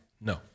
No